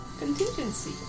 Contingency